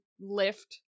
lift